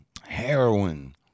heroin